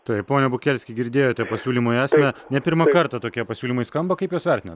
taip pone bukelski girdėjote pasiūlymų esamę ne pirmą kartą tokie pasiūlymai skamba kaip juos vertinat